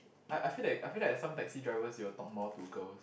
I I feel like I feel like some taxi drivers will talk more to girl